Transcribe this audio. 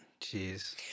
Jeez